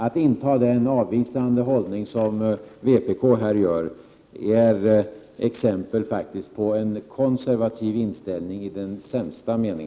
Att inta den avvisande hållning som vpk gör, är faktiskt ett exempel på en konservativ inställning i dess sämsta mening.